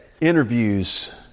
interviews